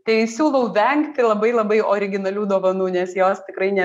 tai siūlau vengti labai labai originalių dovanų nes jos tikrai ne